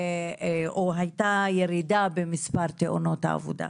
או הייתה ירידה במספר תאונות העבודה,